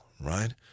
right